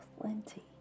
plenty